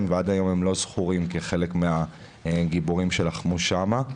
ועד היום הם לא זכורים כחלק מן הגיבורים שלחמו שם.